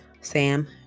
sam